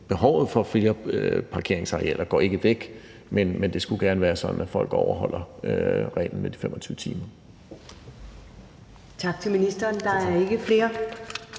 behovet for flere parkeringsarealer går ikke væk, men det skulle gerne være sådan, at folk overholder reglen med de 25 timer.